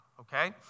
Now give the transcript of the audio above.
okay